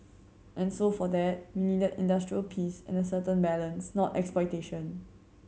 and so for that we needed industrial peace and a certain balance not exploitation